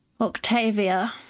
Octavia